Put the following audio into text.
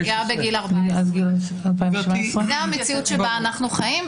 נפגעה בגיל 14. זו המציאות שבה אנחנו חיים,